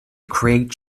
create